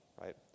right